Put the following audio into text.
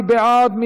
מי בעד?